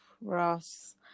Ross